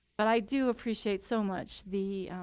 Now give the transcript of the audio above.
but i do appreciate so much the